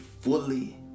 fully